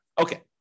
okay